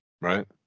Right